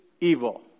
evil